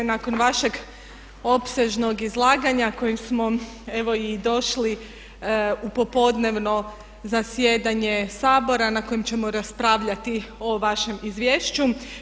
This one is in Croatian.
Nakon vašeg opsežnog izlaganja kojim smo evo i došli u popodnevno zasjedanje Sabora na kojem ćemo raspravljati o vašem izvješću.